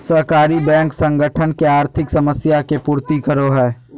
सहकारी बैंक संगठन के आर्थिक समस्या के पूर्ति करो हइ